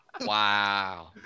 Wow